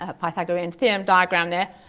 ah pythagorean theorem diagram there.